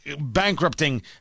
bankrupting